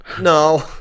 no